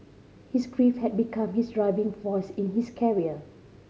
his grief had become his driving force in his career